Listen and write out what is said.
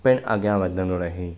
पिणि अॻियां वधंदो रहे